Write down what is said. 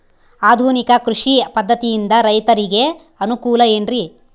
ಆಧುನಿಕ ಕೃಷಿ ಪದ್ಧತಿಯಿಂದ ರೈತರಿಗೆ ಅನುಕೂಲ ಏನ್ರಿ?